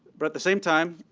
but at the same time,